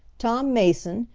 tom mason,